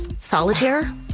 solitaire